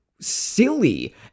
silly